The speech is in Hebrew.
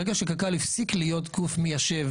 ברגע שקק"ל הפסיק להיות גוף מיישב